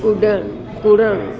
कुड॒ण कुरण